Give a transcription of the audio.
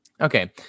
Okay